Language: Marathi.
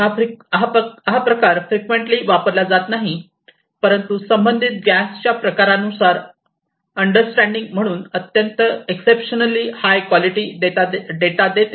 हा प्रकार फ्रीक्वेंटली वापरला जात नाही परंतु संबंधित गॅस च्या प्रकारानुसार अंडरस्टँडिंग म्हणून अत्यंत एक्ससेप्टीनल्ली हाय क्वालिटी डेटा देते